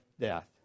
death